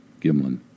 Gimlin